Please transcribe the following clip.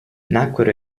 nacquero